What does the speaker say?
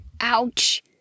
Ouch